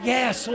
Yes